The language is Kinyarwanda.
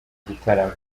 gitaramo